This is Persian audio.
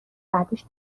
بعدش